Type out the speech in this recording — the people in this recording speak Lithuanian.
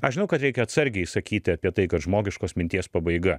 aš žinau kad reikia atsargiai sakyti apie tai kad žmogiškos minties pabaiga